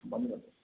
ਬੰਦ ਕਰ ਦੇ